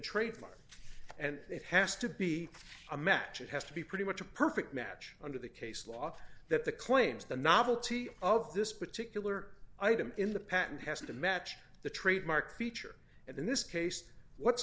trademarked and it has to be a match it has to be pretty much a perfect match under the case law that the claims the novelty of this particular item in the patent has to match the trademark feature and in this case what's